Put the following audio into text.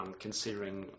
considering